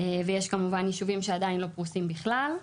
ויש כמובן יישובים שעדיין לא פרוסים בכלל.